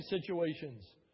situations